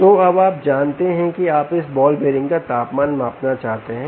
तो अब आप जानते हैं कि आप इस बॉल बीयरिंग का तापमान मापना चाहते हैं